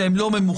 שהם לא ממוכרזים